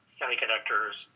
semiconductors